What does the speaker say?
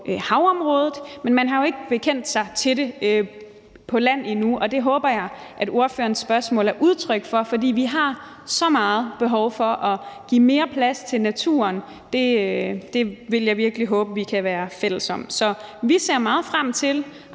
havområdet, men man har jo ikke bekendt sig til det på land endnu, og det håber jeg at ordførerens spørgsmål er udtryk for, for vi har så meget behov for at give mere plads til naturen. Det vil jeg virkelig håbe vi kan være fælles om. Så vi ser meget frem til